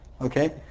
Okay